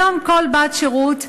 היום כל בת שירות,